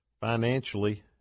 financially